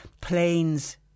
planes